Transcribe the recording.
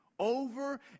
over